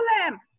problem